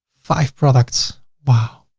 five products but